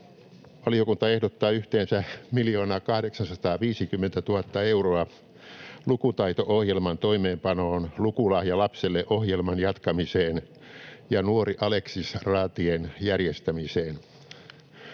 Valiokunta ehdottaa yhteensä 1 850 000:ta euroa lukutaito-ohjelman toimeenpanoon, Lukulahja lapselle ‑ohjelman jatkamiseen ja Nuori Aleksis ‑raatien järjestämiseen.